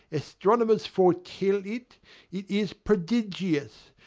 astronomers foretell it it is prodigious,